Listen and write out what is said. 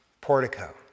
portico